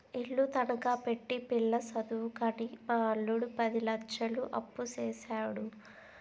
ఇల్లు తనఖా పెట్టి పిల్ల సదువుకని మా అల్లుడు పది లచ్చలు అప్పుసేసాడు